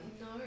No